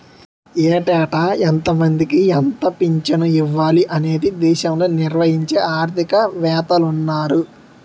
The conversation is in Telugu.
ఏటేటా ఎంతమందికి ఎంత పింఛను ఇవ్వాలి అనేది దేశంలో నిర్ణయించే ఆర్థిక వేత్తలున్నారు